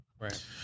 Right